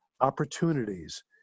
opportunities